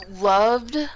loved